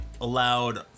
allowed